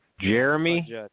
Jeremy